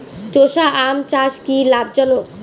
চোষা আম চাষ কি লাভজনক?